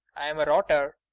i'm a rotter.